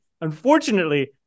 Unfortunately